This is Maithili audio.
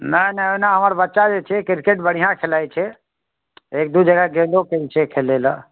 नहि नहि एना हमर बच्चा जे छै क्रिकेट बढ़िआँ खेलाइत छै एक दू जगह गेबो कयल छै खेलय लेल